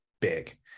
big